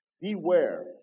beware